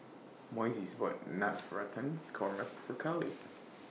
Moises bought Navratan Korma For Carlee